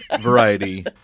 variety